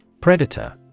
Predator